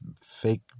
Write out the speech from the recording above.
fake